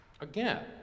Again